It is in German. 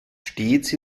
stets